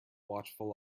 watchful